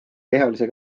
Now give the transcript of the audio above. kehalise